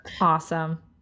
Awesome